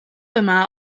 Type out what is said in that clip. yma